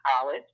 college